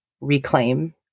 reclaim